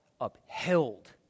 upheld